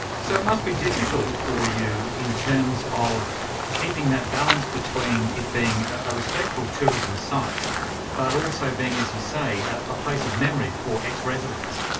so it must be difficult for you in terms of keeping that balance between it being a respectful tourism site but also being, as you say, a place of memory for ex-residents.